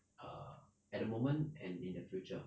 err at the moment and in the future